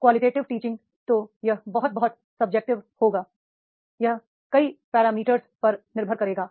qualitative teaching तो यह बहुत बहुत सब्जेक्टिव होगा यह कई पैरामीटर पर निर्भर करेगा